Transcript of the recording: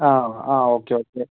ആ okay okay